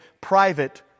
private